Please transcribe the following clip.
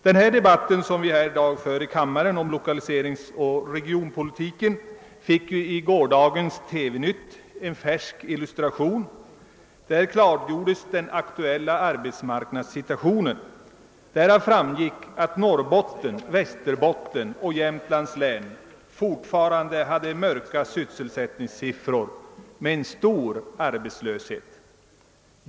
| Den debatt vi här i dag för i kammaren om lokaliseringsoch regionpolitiken fick ju i gårdagens TV-nytt en färsk illustration. Där klargjordes den aktuella arbetsmarknadssituationen. Därav framgick att Norrbottens, Västerbottens och Jämtlands län fortfarande hade en mörk sysselsättningssituation med en stör arbetslöshet.